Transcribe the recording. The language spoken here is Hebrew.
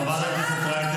אחלה ועד בית.